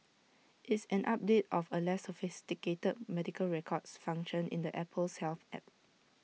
it's an update of A less sophisticated medical records function in the Apple's health app